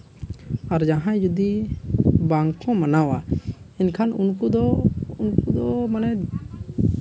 ᱟᱨ ᱡᱟᱦᱟᱸᱭ ᱡᱩᱫᱤ ᱵᱟᱝ ᱠᱚ ᱢᱟᱱᱟᱣᱟ ᱮᱱᱠᱷᱟᱱ ᱩᱱᱠᱩ ᱫᱚ ᱢᱟᱱᱮ